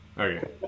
Okay